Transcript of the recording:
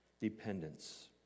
dependence